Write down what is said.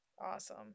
Awesome